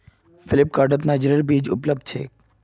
फ्लिपकार्टत नाइजरेर बीज उपलब्ध छेक